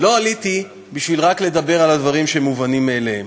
לא עליתי בשביל רק לדבר על הדברים שמובנים מאליהם,